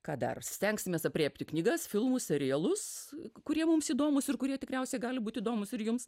ką dar stengsimės aprėpti knygas filmus serialus kurie mums įdomūs ir kurie tikriausiai gali būti įdomūs ir jums